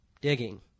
digging